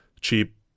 cheap